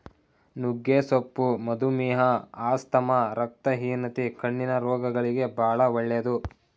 ನುಗ್ಗೆ ಸೊಪ್ಪು ಮಧುಮೇಹ, ಆಸ್ತಮಾ, ರಕ್ತಹೀನತೆ, ಕಣ್ಣಿನ ರೋಗಗಳಿಗೆ ಬಾಳ ಒಳ್ಳೆದು